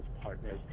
partners